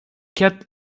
cat